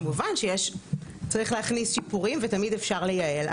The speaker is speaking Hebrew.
כמובן שיש צריך להכניס שיפורים ותמיד אפשר לייעל.